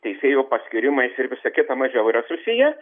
teisėjų paskyrimais ir visa kita mažiau yra susiję